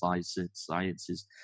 sciences